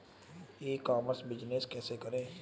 ई commerce business कैसे करें?